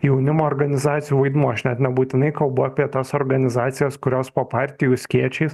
jaunimo organizacijų vaidmuo aš net nebūtinai kalbu apie tas organizacijas kurios po partijų skėčiais